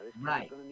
right